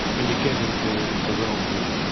when you get into the the realms of